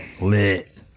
lit